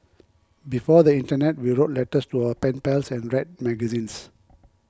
before the internet we wrote letters to our pen pals and read magazines